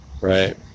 right